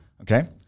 okay